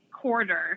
quarter